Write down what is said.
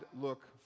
look